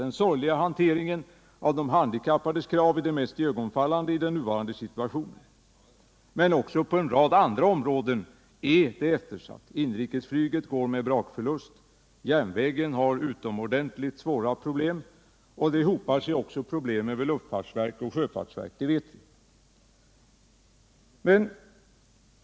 Den sorgliga hanteringen av de handikappades krav är det mest iögonfallande i den nuvarande situationen. Men också en rad andra områden är eftersatta: inrikesflyget går med brakförlust, järnvägen har utomordentligt svåra problem och det hopar sig också problem över luftfartsverket och sjöfartsverket.